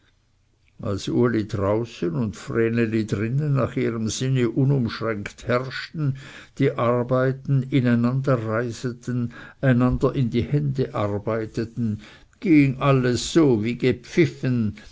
als uli draußen und vreneli drinnen nach ihrem sinn unumschränkt herrschten die arbeiten ineinanderreiseten einander in die hände arbeiteten ging alles so wie gpfiffen